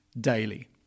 daily